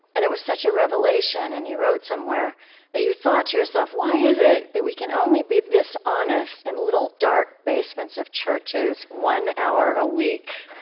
and it was such a revelation, and you wrote somewhere that you thought to yourself, why is it that we can only be this honest in little dark basements of churches, one hour a week?